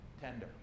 tender